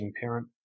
parent